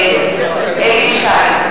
נגד אליהו ישי,